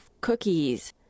cookies